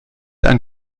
ein